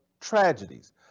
tragedies